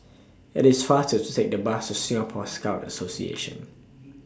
IT IS faster to Take The Bus to Singapore Scout Association